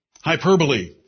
Hyperbole